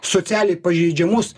socialiai pažeidžiamus